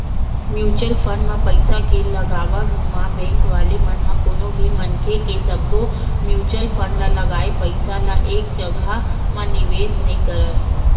mutual fund म पइसा के लगावब म बेंक वाले मन ह कोनो भी मनखे के सब्बो म्युचुअल फंड म लगाए पइसा ल एक जघा म निवेस नइ करय